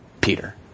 Peter